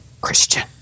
Christian